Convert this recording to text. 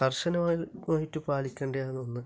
കര്ശനമായി മായിട്ട് പാലിക്കേണ്ടതാണ് ഒന്ന്